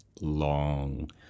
long